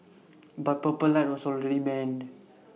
but purple light was already banned